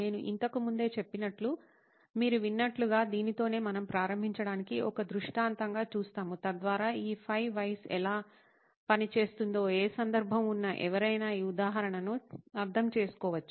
నేను ఇంతకు ముందే చెప్పినట్లు మీరు విన్నట్లుగా దీనితోనే మనం ప్రారంభించటానికి ఒక దృష్టాంతంగా చూస్తాము తద్వారా ఈ 5 వైస్5 y's ఎలా పనిచేస్తుందో ఏ సందర్భం ఉన్న ఎవరైనా ఈ ఉదాహరణను అర్థం చేసుకోవచ్చు